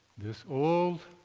this old,